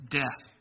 death